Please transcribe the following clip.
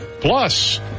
Plus